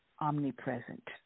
omnipresent